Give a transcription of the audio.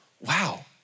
Wow